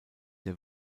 der